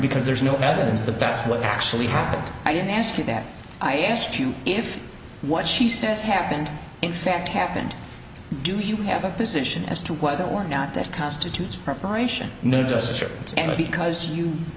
because there's no evidence that that's what actually happened i didn't ask you that i asked you if what she says happened in fact happened do you have a position as to whether or not that constitutes preparation knew just trips and because you